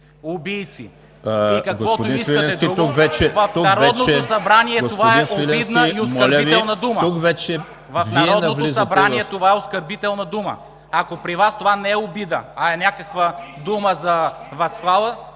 в… ГЕОРГИ СВИЛЕНСКИ: В Народното събрание това е обидна и оскърбителна дума. Ако при Вас това не е обида, а е някаква дума за възхвала,